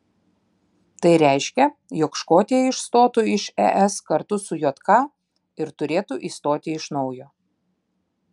tai reiškia jog škotija išstotų iš es kartu su jk ir turėtų įstoti iš naujo